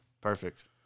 Perfect